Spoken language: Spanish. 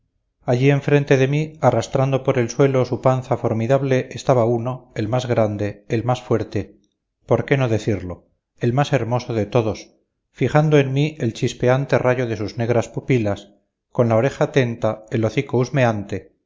allí enfrente de mí arrastrando por el suelo su panza formidable estaba uno el más grande el más fuerte por qué no decirlo el más hermoso de todos fijando en mí el chispeante rayo de sus negras pupilas con la oreja atenta el hocico